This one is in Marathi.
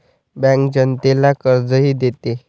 बँक जनतेला कर्जही देते